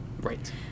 right